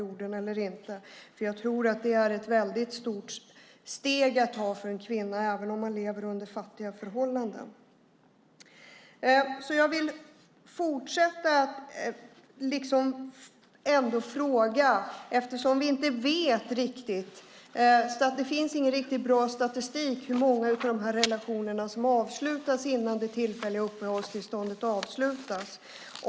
Jag tror nämligen att det är ett väldigt stort steg att ta för en kvinna även om hon lever under fattiga förhållanden. Vi vet inte riktigt hur det här ser ut, och därför vill jag fortsätta fråga. Det finns ingen riktigt bra statistik över hur många av de här relationerna som avslutas innan det tillfälliga uppehållstillståndet avslutas.